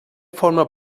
forma